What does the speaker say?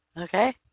Okay